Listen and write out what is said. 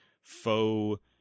faux